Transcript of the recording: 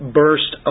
burst